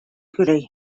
goody